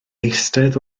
eistedd